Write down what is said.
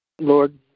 Lord